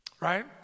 right